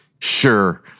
sure